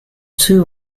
two